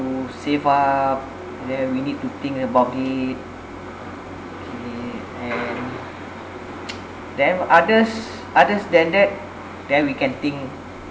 save up then we need to think about it okay and then others others than that then we can think